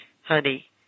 Honey